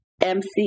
MC